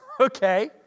Okay